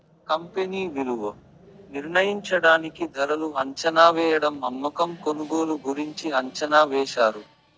company విలువ నిర్ణయించడానికి ధరలు అంచనావేయడం అమ్మకం కొనుగోలు గురించి అంచనా వేశారు